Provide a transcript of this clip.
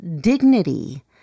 dignity